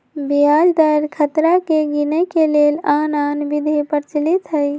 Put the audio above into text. ब्याज दर खतरा के गिनेए के लेल आन आन विधि प्रचलित हइ